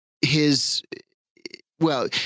his—well